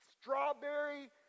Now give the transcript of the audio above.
strawberry